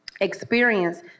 experience